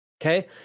Okay